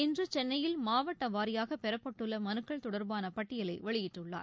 இன்று சென்னையில் மாவட்ட வாரியாக பெறப்பட்டுள்ள மனுக்கள் தொடர்பான பட்டியலை வெளியிட்டுள்ளார்